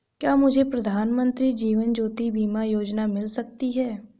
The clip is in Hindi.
क्या मुझे प्रधानमंत्री जीवन ज्योति बीमा योजना मिल सकती है?